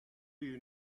you